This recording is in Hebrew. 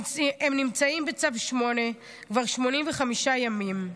הם נמצאים בצו 8 כבר 85 ימים.